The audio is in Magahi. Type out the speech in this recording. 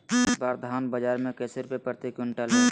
इस बार धान बाजार मे कैसे रुपए प्रति क्विंटल है?